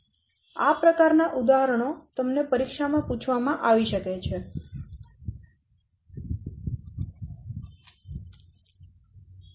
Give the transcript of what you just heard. આ પ્રકાર ના ઉદાહરણો તમને પરીક્ષામાં પૂછવામાં આવી શકે છે